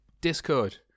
Discord